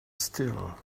still